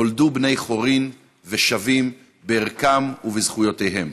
"נולדו בני חורין ושווים בערכם ובזכויותיהם.